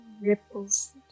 ripples